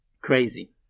crazy